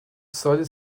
سالی